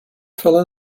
fill